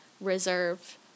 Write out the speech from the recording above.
reserve